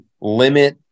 limit